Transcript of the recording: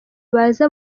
baza